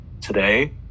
today